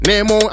Nemo